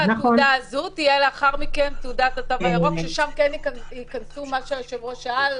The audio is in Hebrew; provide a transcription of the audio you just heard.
--- בנקודה הזו תינתן תעודת התו הירוק ששם כן ייכנסו מחלימים